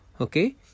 Okay